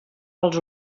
pels